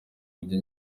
kujya